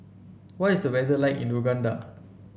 what is the weather like in Uganda